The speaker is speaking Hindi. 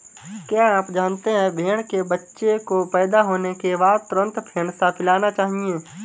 क्या आप जानते है भेड़ के बच्चे को पैदा होने के बाद तुरंत फेनसा पिलाना चाहिए?